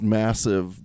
massive